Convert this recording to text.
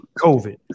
COVID